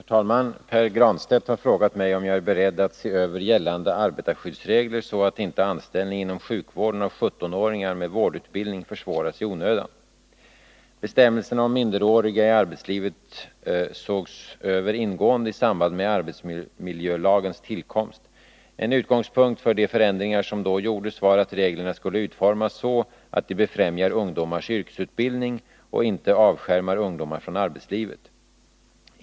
Herr talman! Pär Granstedt har frågat mig om jag är beredd att se över gällande arbetarskyddsregler så att inte anställning inom sjukvården av 17-åringar med vårdutbildning försvåras i onödan. Bestämmelserna om minderåriga i arbetslivet sågs över ingående i samband med arbetsmiljölagens tillkomst. En utgångspunkt för de föränd ringar som då gjordes var att reglerna skulle utformas så att de befrämjar ungdomars yrkesutbildning och inte avskärmar ungdomar från arbetslivet.